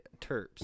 terps